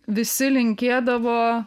visi linkėdavo